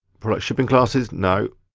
product shipping classes, no.